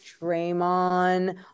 Draymond